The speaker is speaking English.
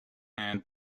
hand